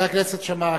חבר הכנסת שאמה,